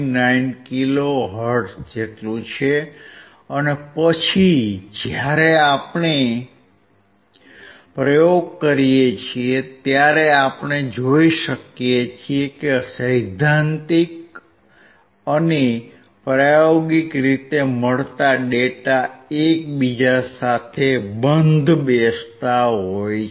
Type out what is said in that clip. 59 kilohertz છે અને પછી જ્યારે આપણે પ્રયોગ કરીએ છીએ ત્યારે આપણે જોઈ શકીએ છીએ કે સૈદ્ધાંતિક અને પ્રાયોગિક રીતે મળતા ડેટા એક બીજા સાથે બંધ બેસતા હોય છે